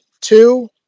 two